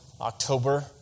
October